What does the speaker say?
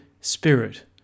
spirit